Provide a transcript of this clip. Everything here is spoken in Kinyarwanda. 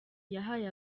yahaye